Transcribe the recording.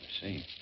see